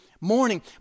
morning